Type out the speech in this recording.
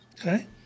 Okay